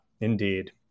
Indeed